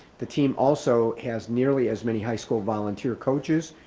the team also has nearly as many high school volunteer coaches,